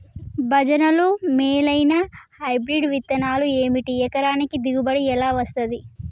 భజనలు మేలైనా హైబ్రిడ్ విత్తనాలు ఏమిటి? ఎకరానికి దిగుబడి ఎలా వస్తది?